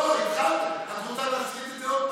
את רוצה להסריט את זה עוד פעם?